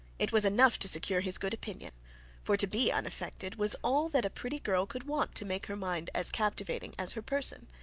it was enough to secure his good opinion for to be unaffected was all that a pretty girl could want to make her mind as captivating as her person.